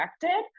directed